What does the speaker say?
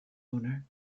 owner